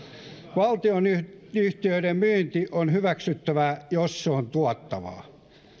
valtionyhtiöiden myynti on hyväksyttävää jos se on tuottavaa